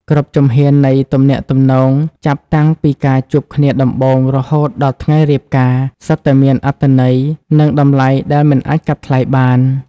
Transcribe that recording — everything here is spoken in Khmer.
គ្រប់ជំហាននៃទំនាក់ទំនងចាប់តាំងពីការជួបគ្នាដំបូង រហូតដល់ថ្ងៃរៀបការ សុទ្ធតែមានអត្ថន័យ និងតម្លៃដែលមិនអាចកាត់ថ្លៃបាន។